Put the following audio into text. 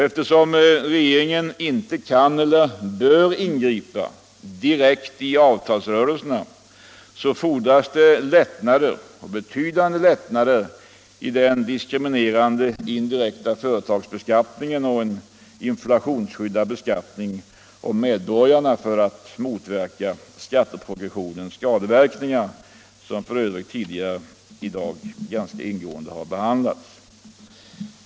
Eftersom regeringen inte kan eller bör ingripa direkt i avtalsrörelserna fordras det lättnader — betydande lättnader — i den diskriminerande indirekta företagsbeskattningen och en inflationsskyddad beskattning av medborgarna för att motverka skatteprogressionens skadeverkningar, som f. ö. har behandlats ganska ingående tidigare i dag.